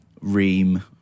Reem